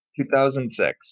2006